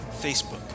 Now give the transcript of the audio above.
Facebook